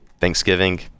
thanksgiving